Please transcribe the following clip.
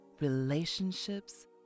relationships